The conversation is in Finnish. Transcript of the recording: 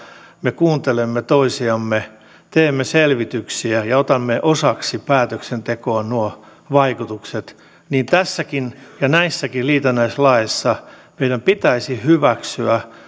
me kuuntelemme toisiamme teemme selvityksiä ja otamme osaksi päätöksentekoon nuo vaikutukset niin tässäkin ja näissäkin liitännäislaeissa meidän pitäisi hyväksyä